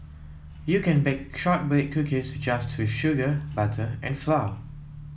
you can bake shortbread cookies just with sugar butter and flour